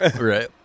Right